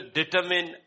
determine